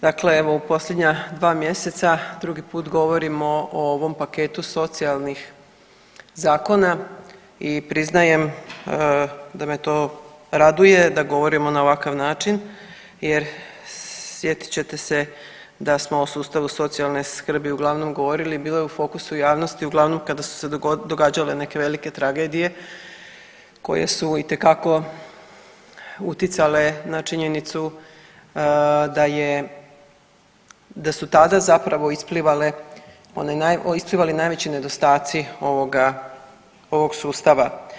Dakle evo u posljednja dva mjeseca drugi put govorimo o ovom paketu socijalnih zakona i priznajem da me to raduje da govorimo na ovakav način jer sjetit ćete se da smo o sustavu socijalne skrbi uglavnom govorili, bilo je u fokusu javnosti uglavnom kada su se događale neke velike tragedije koje su itekako utjecale na činjenicu da je, da su tada zapravo isplivale, isplivali nedostaci ovoga, ovog sustava.